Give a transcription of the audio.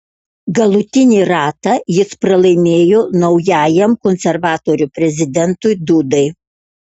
galutinį ratą jis pralaimėjo naujajam konservatorių prezidentui dudai